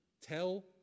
Tell